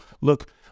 Look